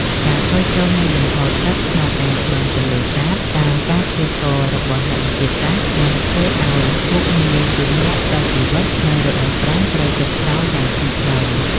ការថយចុះនៃលំហូរទឹកក្នុងអាងបឹងទន្លេសាបតាមការព្យាករណ៍របស់អ្នកវិទ្យាសាស្ត្រ នឹងធ្វើឱ្យមុខងារជា អ្នកផ្តល់ជីវិត នៅរដូវប្រាំងត្រូវចុះខ្សោយយ៉ាងធ្ងន់ធ្ងរ